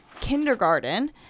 kindergarten